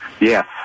Yes